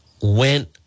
went